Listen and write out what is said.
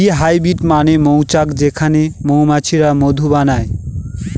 bee hive মানে মৌচাক যেখানে মৌমাছিরা মধু বানায়